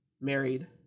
married